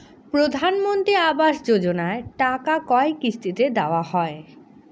প্রধানমন্ত্রী আবাস যোজনার টাকা কয় কিস্তিতে দেওয়া হয়?